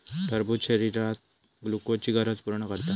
टरबूज शरीरात ग्लुकोजची गरज पूर्ण करता